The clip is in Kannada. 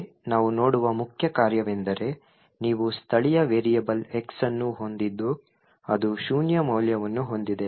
ಮುಂದೆ ನಾವು ನೋಡುವ ಮುಖ್ಯ ಕಾರ್ಯವೆಂದರೆ ನೀವು ಸ್ಥಳೀಯ ವೇರಿಯಬಲ್ x ಅನ್ನು ಹೊಂದಿದ್ದು ಅದು ಶೂನ್ಯ ಮೌಲ್ಯವನ್ನು ಹೊಂದಿದೆ